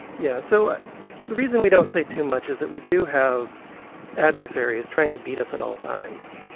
yeah. so the reason we don't say too much is that we do have adversaries trying to beat us at all times.